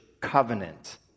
covenant